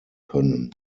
können